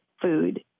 food